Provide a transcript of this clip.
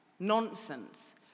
Nonsense